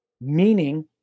meaning